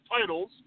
titles